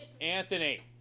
Anthony